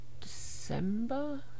December